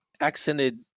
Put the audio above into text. accented